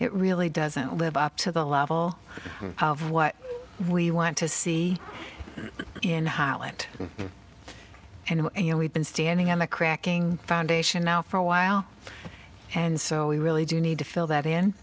it really doesn't live up to the level of what we want to see in holland and you know we've been standing on the cracking foundation now for a while and so we really do need to fill that in